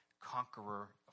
conqueror